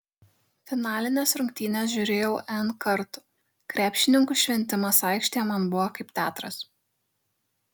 finalines rungtynes žiūrėjau n kartų krepšininkų šventimas aikštėje man buvo kaip teatras